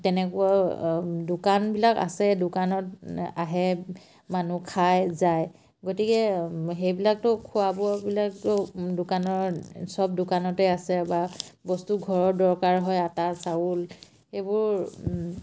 তেনেকুৱা দোকানবিলাক আছে দোকানত আহে মানুহ খাই যায় গতিকে সেইবিলাকতো খোৱাবোৱাবিলাকতো দোকানৰ চব দোকানতে আছে বা বস্তু ঘৰৰ দৰকাৰ হয় আটা চাউল এইবোৰ